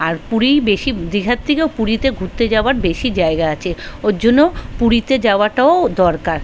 আর পুরীই বেশি দীঘার থেকেও পুরীতে ঘুরতে যাওয়ার বেশি জায়গা আছে ওর জন্য পুরীতে যাওয়াটাও দরকার